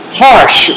harsh